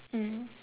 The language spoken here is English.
mm